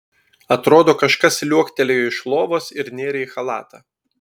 atrodo kažkas liuoktelėjo iš lovos ir nėrė į chalatą